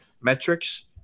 metrics